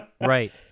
right